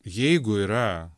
jeigu yra